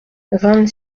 vingt